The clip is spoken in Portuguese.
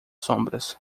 sombras